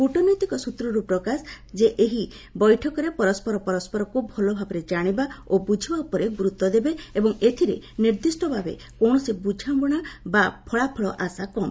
କୃଟନୈତିକ ସ୍ନତ୍ରରୁ ପ୍ରକାଶ ଯେ ଏହି ବୈଠକରେ ପରସ୍କର ପରସ୍କରକ୍ ଭଲଭାବରେ ଜାଣିବା ଓ ବୁଝିବା ଉପରେ ଗୁରୁତ୍ୱ ଦେବେ ଏବଂ ଏଥିରେ ନିର୍ଦ୍ଦିଷ୍ଟ ଭାବେ କୌଣସି ବ୍ରଝାମଣା ବା ଫଳାଫଳ ଆଶା କମ୍